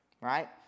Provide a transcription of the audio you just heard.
Right